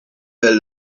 del